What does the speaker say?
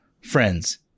friends